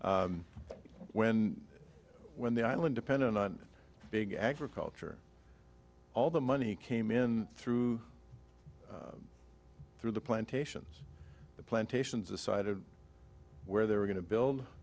that when when the island dependent on big agriculture all the money came in through through the plantations the plantations decided where they were going to build